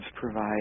provide